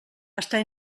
estar